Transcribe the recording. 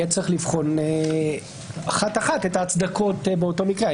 יהיה צריך לבחון אחת אחת את ההצדקות באותו מקרה,